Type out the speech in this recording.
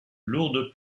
lourdes